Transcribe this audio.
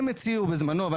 הם הציעו בזמנו,